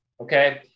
okay